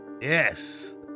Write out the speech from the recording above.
Yes